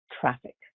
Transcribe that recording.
traffic